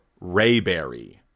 Rayberry